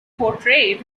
portrayed